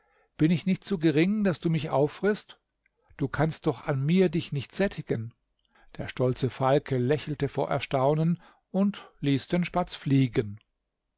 bin ich nicht zu gering daß du mich auffrißt du kannst doch an mir dich nicht sättigen der stolze falke lächelte vor erstaunen und ließ den spatz fliegen